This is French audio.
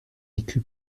écu